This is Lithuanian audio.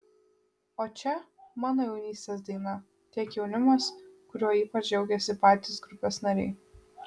o čia mano jaunystės daina tiek jaunimas kuriuo ypač džiaugiasi patys grupės nariai